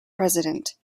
president